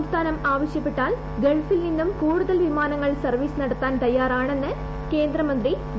സംസ്ഥാനം ആവശ്യപ്പെട്ടാൽ ഗൾഫിൽ നിന്നും കൂടുതൽ വിമാനങ്ങൾ സർവ്വീസ് നടത്താൻ തയ്യാറെന്ന് കേന്ദ്രമന്ത്രി വി